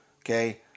Okay